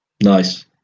Nice